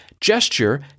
Gesture